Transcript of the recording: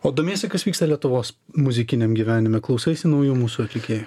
o domiesi kas vyksta lietuvos muzikiniam gyvenime klausaisi naujų mūsų atlikėjų